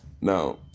now